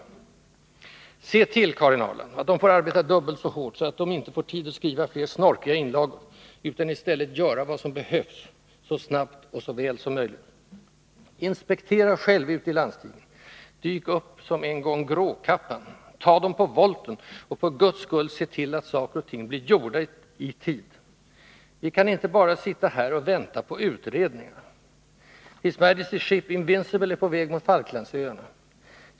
Se till, Karin Ahrland, att de får arbeta dubbelt så hårt så att de inte får tid att skriva flera snorkiga inlagor, utan i stället göra vad som behövs, så snabbt och så väl som möjligt! Inspektera själv ute i landstingen! Dyk upp som en gång Gråkappan, tag dem på volten, och, för Guds skull, se till att saker och ting blir gjorda, i tid! Vi kan inte bara sitta här och vänta på utredningar. HMS Invincible är på väg mot Falklandsöarna.